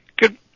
Good